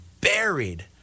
buried